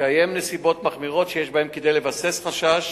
בהתקיים נסיבות מחמירות שיש בהן כדי לבסס חשש